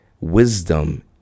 wisdom